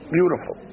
Beautiful